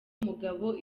mugabo